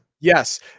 Yes